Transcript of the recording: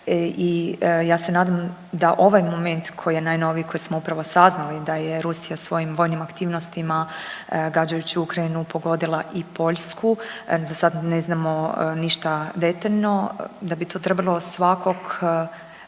i ja se nadam da ovaj moment koji je najnoviji koji smo upravo saznali da je Rusija svojim vojnim aktivnostima gađajući Ukrajinu pogodila i Poljsku za sad ne znamo ništa detaljno, da bi trebalo svakog